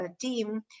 team